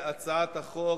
הצעת החוק